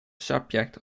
subject